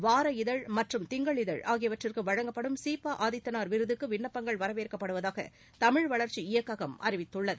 வார இதழ் மற்றும் திங்கள் இதழ் ஆகியவற்றுக்கு வழங்கப்படும் சி பா ஆதித்தனார் விருதுக்கு விண்ணப்பங்கள் வரவேற்கப்படுவதாக தமிழ் வளர்ச்சி இயக்ககம் அறிவித்துள்ளது